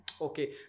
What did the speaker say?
Okay